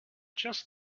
just